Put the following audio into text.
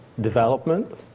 development